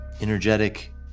energetic